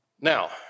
Now